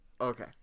okay